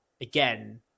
again